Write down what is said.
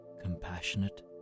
Compassionate